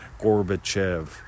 Gorbachev